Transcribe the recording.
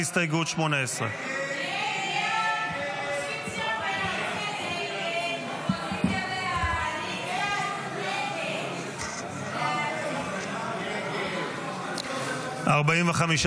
הסתייגות 18. הסתייגות 18 לא נתקבלה.